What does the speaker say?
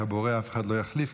את הבורא אף אחד לא יחליף,